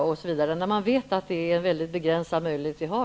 Men vi vet att vi har väldigt begränsade möjligheter.